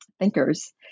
thinkers